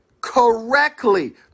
correctly